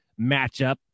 matchup